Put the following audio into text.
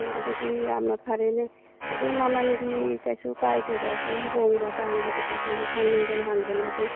ꯑꯣ ꯑꯗꯨꯗꯤ ꯌꯥꯝꯅ ꯐꯔꯦꯅꯦ ꯑꯗꯨ ꯃꯃꯟꯒꯤ ꯀꯩꯁꯨ ꯀꯥꯏꯗꯦꯗ ꯁꯨꯝ ꯍꯣꯡꯕ ꯑꯇꯥꯡꯕꯗꯨꯗꯤ ꯁꯨꯝ ꯈꯪꯅꯤꯡꯗꯅ ꯍꯪꯕꯅꯦ ꯑꯗꯨ